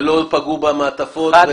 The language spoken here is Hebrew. ולא פגעו במעטפות,